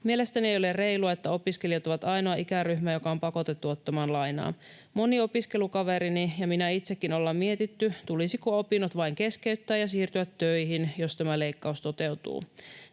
Mielestäni ei ole reilua, että opiskelijat ovat ainoa ikäryhmä, joka on pakotettu ottamaan lainaa. Moni opiskelukaverini ja minä itsekin ollaan mietitty, tulisiko opinnot vain keskeyttää ja siirtyä töihin, jos tämä leikkaus toteutuu.